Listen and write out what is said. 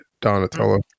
Donatello